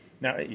Now